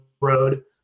road